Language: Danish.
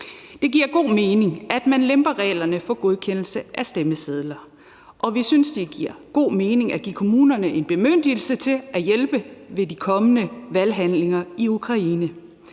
Det giver også god mening, at man lemper reglerne for godkendelse af stemmesedler, og at man giver kommunerne en bemyndigelse til at hjælpe ved de kommende valghandlinger i Ukraine.